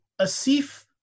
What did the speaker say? Asif